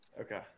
okay